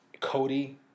Cody